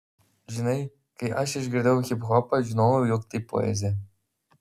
žinai kai aš išgirdau hiphopą žinojau jog tai poezija